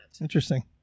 interesting